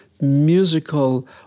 musical